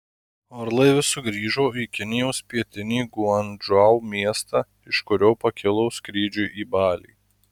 orlaivis sugrįžo į kinijos pietinį guangdžou miestą iš kurio pakilo skrydžiui į balį